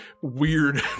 weird